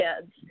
kids